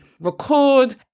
record